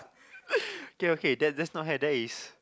okay okay that is not hair that is